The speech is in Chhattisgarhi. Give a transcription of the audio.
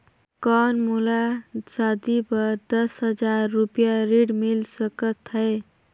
कौन मोला शादी बर दस हजार रुपिया ऋण मिल सकत है?